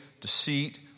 deceit